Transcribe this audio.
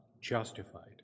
justified